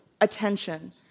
attention